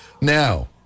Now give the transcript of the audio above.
Now